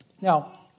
Now